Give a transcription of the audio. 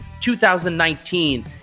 2019